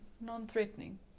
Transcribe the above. non-threatening